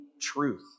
truth